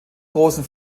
großen